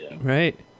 right